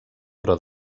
però